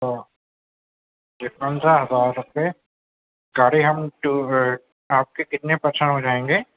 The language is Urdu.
تو یہ کون سا گاڑی ہم ٹور آپ کے کتنے پرسن ہو جائیں گے